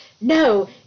no